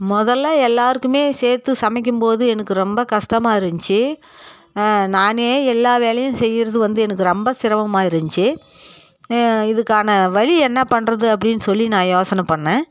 முதல்ல எல்லாேருக்குமே சேர்த்து சமைக்கும் போது எனக்கு ரொம்ப கஷ்டமாருந்துச்சி நானே எல்லா வேலையும் செய்கிறது வந்து எனக்கு ரொம்ப சிரமமாக இருந்துச்சு இதுக்கான வழி என்ன பண்ணுறது அப்படினு சொல்லி நான் யோசனை பண்ணிணேன்